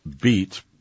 beat